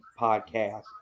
podcast